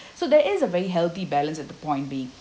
so there is a very healthy balance at the point being